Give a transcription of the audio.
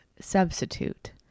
substitute